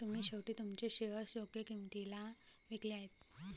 तुम्ही शेवटी तुमचे शेअर्स योग्य किंमतीला विकले आहेत